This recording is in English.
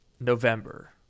November